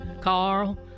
Carl